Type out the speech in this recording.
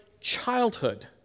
childhood